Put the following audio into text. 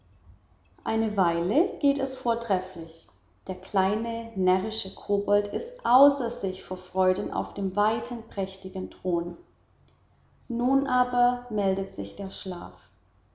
eine weile geht es vortrefflich der kleine närrische kobold ist außer sich vor freuden auf dem weiten prächtigen thron nun aber meldet sich der schlaf